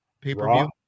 pay-per-view